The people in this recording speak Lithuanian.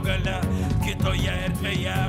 gale kitoje erdvėje